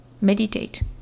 Meditate